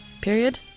Period